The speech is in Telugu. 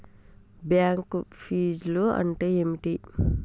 బ్యాంక్ ఫీజ్లు అంటే ఏమిటి?